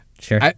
sure